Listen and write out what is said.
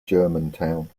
germantown